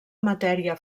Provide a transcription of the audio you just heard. matèria